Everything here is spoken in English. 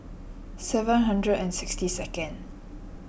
seven hundred and sixty second